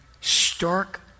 stark